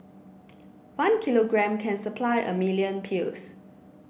one kilogram can supply a million pills